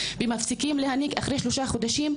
ומפסיקים להיניק אחרי שלושה חודשים,